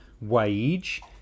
wage